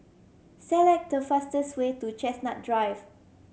select the fastest way to Chestnut Drive